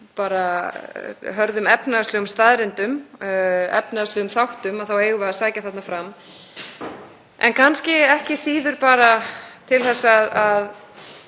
frá hörðum efnahagslegum staðreyndum, efnahagslegum þáttum, þá eigum við að sækja þarna fram en kannski ekki síður bara til að